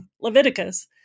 Leviticus